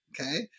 Okay